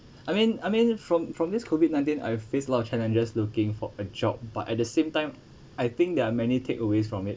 I mean I mean from from this COVID nineteen I've faced a lot of challenges looking for a job but at the same time I think there are many takeaways from it